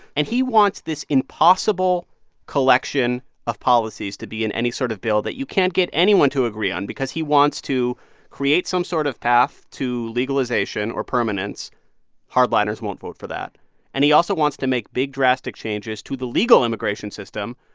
and he wants this impossible collection of policies to be in any sort of bill that you can't get anyone to agree on because he wants to create some sort of path to legalization or permanence hardliners won't vote for that and he also wants to make big, drastic changes to the legal immigration system,